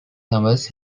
novels